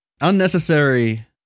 Unnecessary